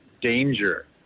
Danger